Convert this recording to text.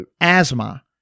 asthma